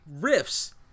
riffs